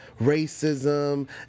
racism